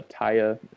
taya